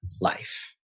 life